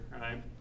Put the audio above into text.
right